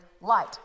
light